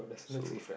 so